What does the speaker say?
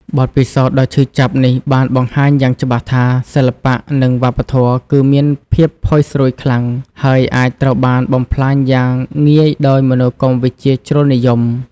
បទពិសោធន៍ដ៏ឈឺចាប់នេះបានបង្ហាញយ៉ាងច្បាស់ថា សិល្បៈ និងវប្បធម៌គឺមាន ភាពផុយស្រួយខ្លាំង ហើយអាចត្រូវបានបំផ្លាញយ៉ាងងាយដោយមនោគមវិជ្ជាជ្រុលនិយម។